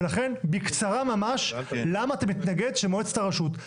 ולכן בקצרה ממש, למה אתה מתנגד שמועצת הרשות?